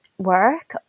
work